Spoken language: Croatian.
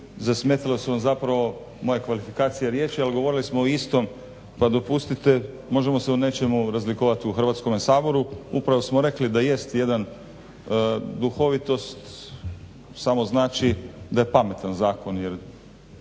zasmetale su vam zapravo moje kvalifikacije riječi, ali govorili smo o istom pa dopustite možemo se u nečemu razlikovati u Hrvatskome saboru. Upravo smo rekli da jest jedna duhovitost, samo znači da je pametan zakon